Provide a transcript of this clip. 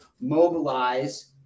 mobilize